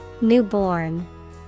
Newborn